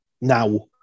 Now